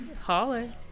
Holler